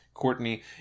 Courtney